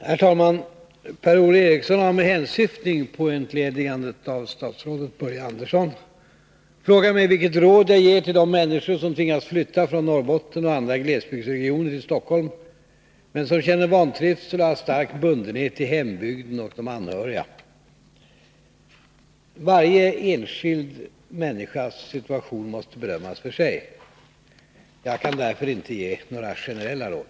Herr talman! Per-Ola Eriksson har — med hänsyftning på entledigandet av statsrådet Börje Andersson — frågat mig vilket råd jag ger till de människor som tvingas flytta från Norrbotten och andra glesbygdsregioner till Stockholm men som känner vantrivsel och har stark bundenhet till hembygden och de anhöriga. Varje enskild människas situation måste bedömas för sig. Jag kan därför inte ge några generella råd.